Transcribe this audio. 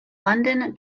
london